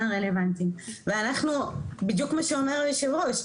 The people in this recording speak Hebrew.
הרלוונטיים ואנחנו בדיוק מה שאומר היושב ראש,